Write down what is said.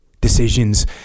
decisions